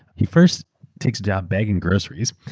he first takes job bagging groceries,